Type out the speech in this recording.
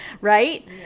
right